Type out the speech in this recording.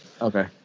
Okay